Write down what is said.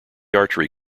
archery